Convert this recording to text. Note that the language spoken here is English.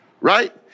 right